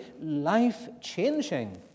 life-changing